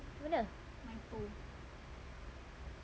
mana